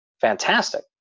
Fantastic